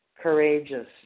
Courageous